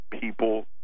people